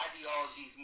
Ideologies